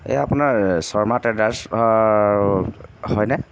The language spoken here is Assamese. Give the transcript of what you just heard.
এই আপোনাৰ শৰ্মা ট্ৰেডাৰ্ছ হয়নে